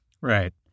Right